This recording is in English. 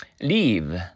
Leave